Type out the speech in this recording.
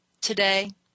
today